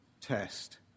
test